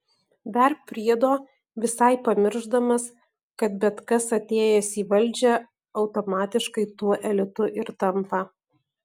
dar priedo visai pamiršdamas kad bet kas atėjęs į valdžią automatiškai tuo elitu ir tampa